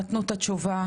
נתנו את התשובה,